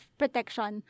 protection